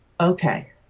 okay